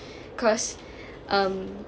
cause um